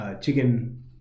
chicken